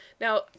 Now